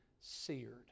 seared